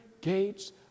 gates